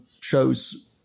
shows